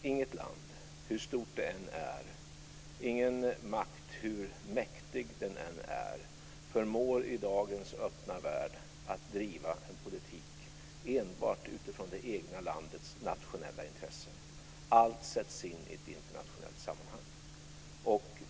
Inget land, hur stort det än är, ingen makt, hur mäktig den än är, förmår i dagens öppna värld att driva en politik enbart utifrån det egna landets nationella intressen. Allt sätts in i ett internationellt sammanhang.